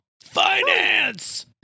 Finance